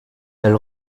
elle